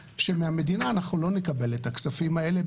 שמהמדינה אנחנו לא נקבל את הכספים האלה,